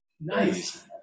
Nice